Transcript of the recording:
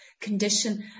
condition